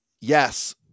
yes